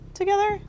together